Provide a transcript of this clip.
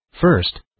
first